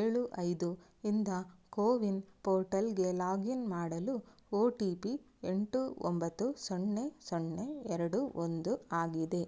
ಏಳು ಐದು ಇಂದ ಕೋವಿನ್ ಪೋರ್ಟಲ್ಗೆ ಲಾಗಿನ್ ಮಾಡಲು ಓ ಟಿ ಪಿ ಎಂಟು ಒಂಬತ್ತು ಸೊನ್ನೆ ಸೊನ್ನೆ ಎರಡು ಒಂದು ಆಗಿದೆ